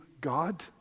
God